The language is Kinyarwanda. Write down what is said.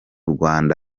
rwanda